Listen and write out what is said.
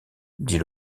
dit